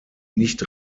nicht